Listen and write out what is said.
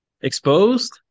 Exposed